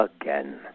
again